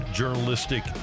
journalistic